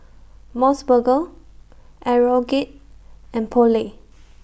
Mos Burger Aeroguard and Poulet